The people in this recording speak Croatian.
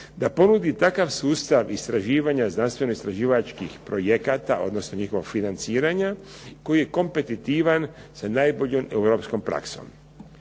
da ponudi takav sustav istraživanja znanstveno-istraživačkih projekata, odnosno njihovog financiranja koji je kompetitivan sa najboljom europskom praksom.